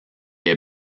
est